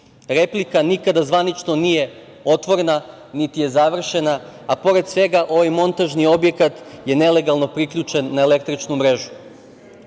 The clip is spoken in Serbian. Replika nikada zvanično nije otvorena, niti je završena, a pored svega ovaj montažni objekat je nelegalno priključen na električnu